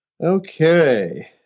okay